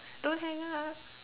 don't hang up